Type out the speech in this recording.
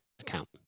account